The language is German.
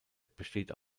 besteht